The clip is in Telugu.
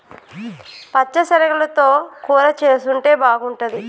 పచ్చ శనగలతో కూర చేసుంటే బాగుంటది